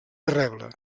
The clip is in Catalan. reble